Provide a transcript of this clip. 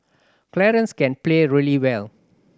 Clarence can play really well